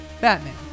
Batman